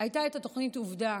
הייתה התוכנית עובדה.